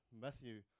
Matthew